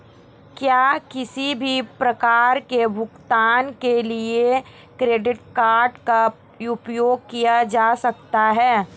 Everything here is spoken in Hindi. क्या किसी भी प्रकार के भुगतान के लिए क्रेडिट कार्ड का उपयोग किया जा सकता है?